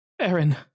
Aaron